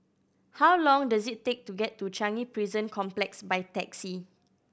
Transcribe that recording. how long does it take to get to Changi Prison Complex by taxi